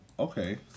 Okay